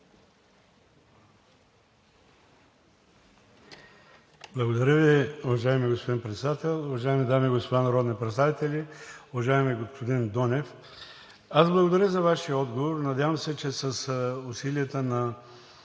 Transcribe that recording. Благодаря Ви, уважаеми господин Председател. Уважаеми дами и господа народни представители! Уважаеми господин Донев, благодаря за Вашия отговор. Надявам се, че с усилията на